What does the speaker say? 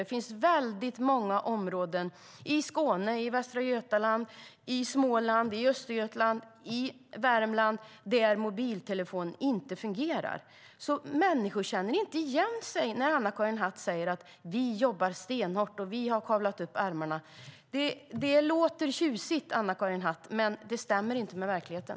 Det finns många områden i Skåne, Västra Götaland, Småland, Östergötland och Värmland där mobiltelefoni inte fungerar. Människor känner inte igen sig när Anna-Karin Hatt säger: Vi jobbar stenhårt, och vi har kavlat upp ärmarna. Det låter tjusigt, Anna-Karin Hatt, men det stämmer inte med verkligheten.